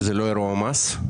זה לא אירוע מס?